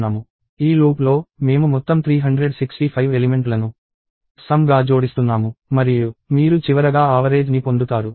ఈ లూప్లో మేము మొత్తం 365 ఎలిమెంట్లను సమ్ గా జోడిస్తున్నాము మరియు మీరు చివరగా ఆవరేజ్ ని పొందుతారు